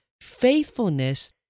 faithfulness